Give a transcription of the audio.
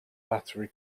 battery